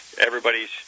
everybody's